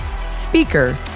speaker